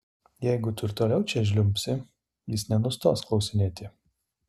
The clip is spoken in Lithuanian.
jeigu tu ir toliau čia žliumbsi jis nenustos klausinėti